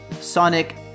Sonic